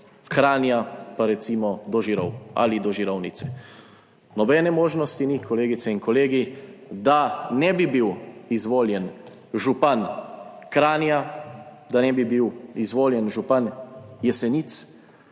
Kranja pa recimo do Žirov ali do Žirovnice. Nobene možnosti ni, kolegice in kolegi, da ne bi bil izvoljen župan Kranja, da ne bi bil izvoljen župan Jesenic,